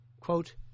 Quote